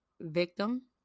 victim